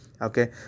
Okay